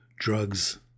drugs